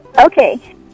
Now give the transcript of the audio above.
Okay